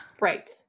Right